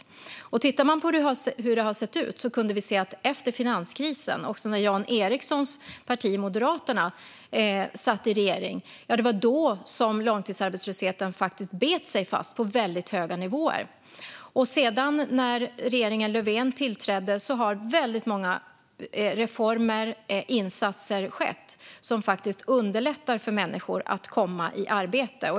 När man tittar på hur det har sett ut kan vi se att det var under finanskrisen, när Jan Ericsons parti Moderaterna satt i regering, som långtidsarbetslösheten faktiskt bet sig fast på väldigt höga nivåer. Sedan regeringen Löfven tillträdde har väldigt många reformer och insatser gjorts som faktiskt underlättar för människor att komma i arbete.